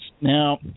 Now